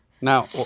now